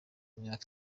imyaka